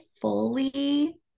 fully